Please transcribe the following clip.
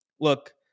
look